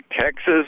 Texas